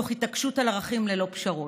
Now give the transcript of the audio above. תוך התעקשות על ערכים ללא פשרות.